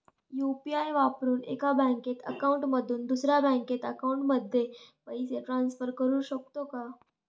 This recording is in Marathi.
यु.पी.आय वापरून एका बँक अकाउंट मधून दुसऱ्या बँक अकाउंटमध्ये पैसे ट्रान्सफर करू शकतो का?